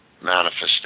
manifestation